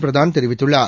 பிரதான் தெரிவித்துள்ளார்